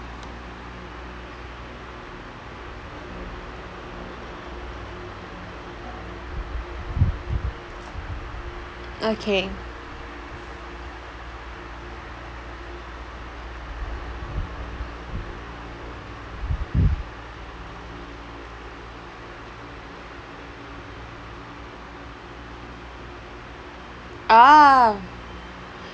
okay ah